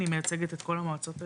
אני מייצגת את כל המועצות האזוריות.